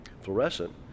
fluorescent